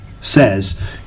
says